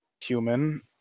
human